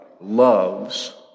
loves